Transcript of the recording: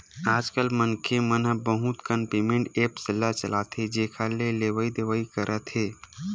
आजकल मनखे मन ह बहुत कन पेमेंट ऐप्स ल चलाथे जेखर ले लेवइ देवइ करत हे